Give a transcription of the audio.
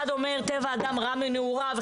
אחד אומר טבע האדם רע מנעוריו,